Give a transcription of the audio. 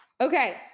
Okay